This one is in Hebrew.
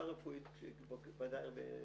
בדיקה גניקולוגית.